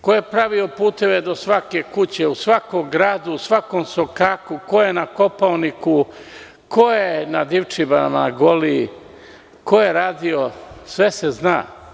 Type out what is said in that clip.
Ko je pravio puteve do svake kuće u svakom gradu i u svakom sokaku, ko je na Kopaoniku, ko je na Divčibarama, na Goliji, ko je radio sve se zna.